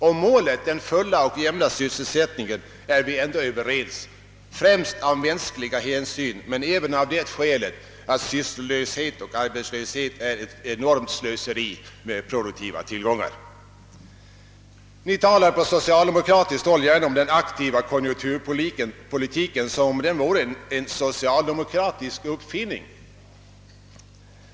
Om målet, den fulla och jämna sysselsättningen, är vi ändå överens, främst av mänskliga hänsyn men även av det skälet att sysslolöshet och arbetslöshet är ett enormt slöseri med produktiva tillgångar. På socialdemokratiskt håll talar ni gärna om den aktiva konjunkturpolitiken som om den vore en socialdemokratisk uppfinning.